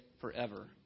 forever